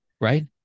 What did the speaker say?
Right